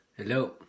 Hello